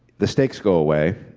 the stakes go away.